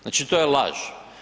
Znači to je laž.